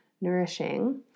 nourishing